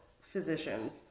physicians